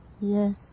Yes